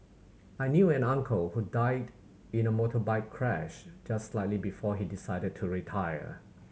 I knew an uncle who died in a motorbike crash just slightly before he decided to retire